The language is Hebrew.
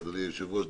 אדוני היושב-ראש,